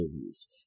movies